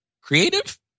Creative